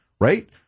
right